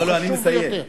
שהוא חשוב ביותר.